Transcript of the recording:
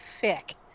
thick